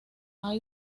hay